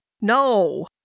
No